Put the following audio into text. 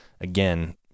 again